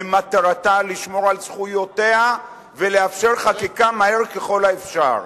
ומטרתה לשמור על זכויותיה ולאפשר חקיקה מהר ככל האפשר.